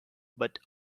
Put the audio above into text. but